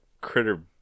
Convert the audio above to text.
Critter